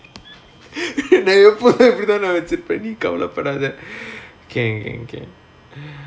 நா எப்போது இப்புடி தாண்டா வச்சிருப்பேன் நீ கவலபடாத:naa eppothu ippudi thaanda vachirupaen nee kavalapadaatha can can can